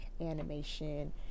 animation